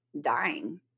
dying